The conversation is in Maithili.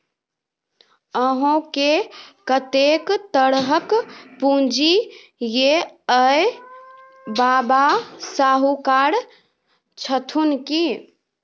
अहाँकेँ कतेक तरहक पूंजी यै यौ? बाबा शाहुकार छथुन की?